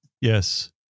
Yes